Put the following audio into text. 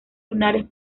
lunares